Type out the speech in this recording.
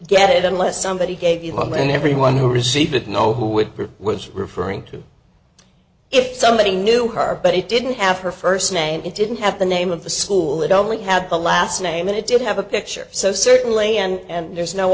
get it unless somebody gave you one when everyone who received it know who would be was referring to if somebody knew her but it didn't have her first name and it didn't have the name of the school it only had the last name and it did have a picture so certainly and there's no